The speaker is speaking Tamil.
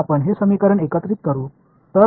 எனவே சமன்பாடு ஒன்று மாறும்